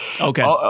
okay